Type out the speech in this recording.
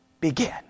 begin